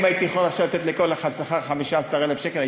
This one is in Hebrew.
אם הייתי יכול עכשיו לתת לכל אחד שכר 15,000 שקל,